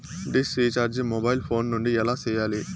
dish recharge mobile phone నుండి ఎలా సేయాలి